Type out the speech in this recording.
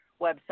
website